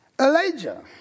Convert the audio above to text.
Elijah